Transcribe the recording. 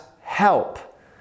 help